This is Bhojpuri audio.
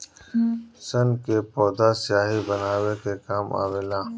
सन के पौधा स्याही बनावे के काम आवेला